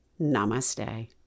namaste